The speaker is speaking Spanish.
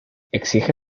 exige